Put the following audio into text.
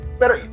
pero